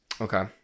Okay